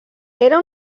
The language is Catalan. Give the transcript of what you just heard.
era